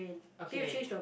okay